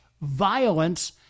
violence